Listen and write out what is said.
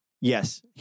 Yes